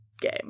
game